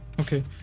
Okay